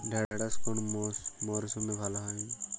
ঢেঁড়শ কোন মরশুমে ভালো হয়?